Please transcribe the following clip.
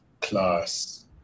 class